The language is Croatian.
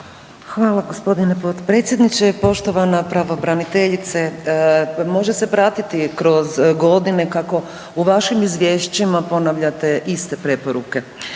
Hvala gospodine potpredsjedniče. Poštovana pravobraniteljice može se pratiti kroz godine kako u vašim izvješćima ponavljate iste preporuke